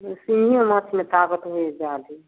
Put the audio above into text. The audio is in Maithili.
सिङ्गही माछमे ताकत होइ हइ ज्यादे